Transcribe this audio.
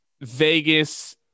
Vegas